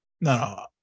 no